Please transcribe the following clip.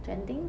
genting